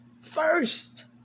First